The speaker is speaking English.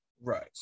right